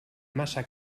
massa